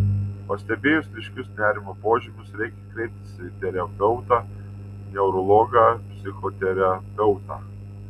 pastebėjus ryškius nerimo požymius reikia kreiptis į terapeutą neurologą psichoterapeutą